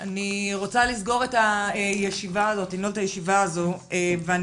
אני רוצה לנעול את הישיבה הזו ואני